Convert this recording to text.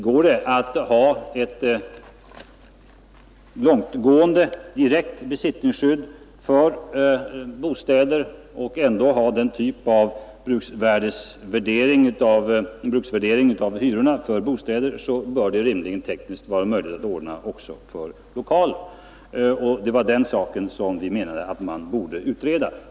Går det att ha ett långtgående direkt besittningsskydd för bostäder och ändå ha denna typ av bruksvärdering av hyrorna för bostäder, bör det rimligen tekniskt vara möjligt att ordna det också för lokaler. Det var den saken som vi menade att man borde utreda.